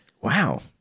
Wow